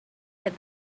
had